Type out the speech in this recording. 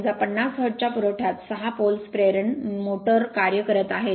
समजा 50 हर्ट्जच्या पुरवठ्यातू 6 poles प्रेरण मोटोर कार्य करत आहेत